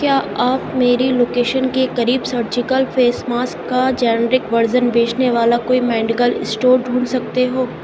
کیا آپ میری لوکیشن کے قریب سرجیکل فیس ماسک کا جینرک ورژن بیچنے والا کوئی میڈیکل اسٹور ڈھونڈ سکتے ہو